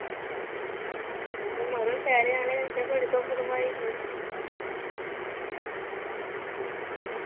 मड़ो तुसें शैह्रें आह्ले कोला बी बड़ी धुम्म धमाई दी ऐ